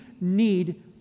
need